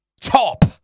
top